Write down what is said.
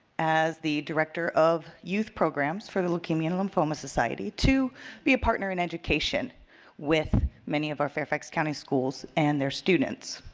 as the director of youth programs for the leukemia and lymphoma society to be a partner in education with many of our fairfax county schools and their students.